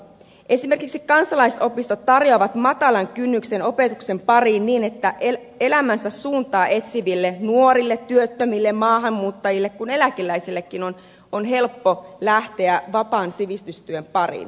esimerkiksi kansalaisopistot tarjoavat matalan kynnyksen opetuksen pariin niin että niin elämänsä suuntaa etsiville nuorille työttömille maahanmuuttajille kuin eläkeläisillekin on helppo lähteä vapaan sivistystyön pariin